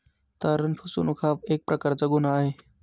तारण फसवणूक हा एक प्रकारचा गुन्हा आहे